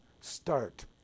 start